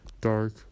Dark